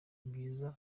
n’ibyiza